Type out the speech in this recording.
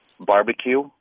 barbecue